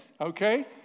Okay